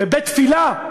בבית-תפילה,